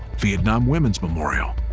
vietnam women's memorial,